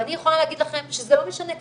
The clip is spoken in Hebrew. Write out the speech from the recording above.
ואני יכולה להגיד לכם שזה לא משנה כרגע,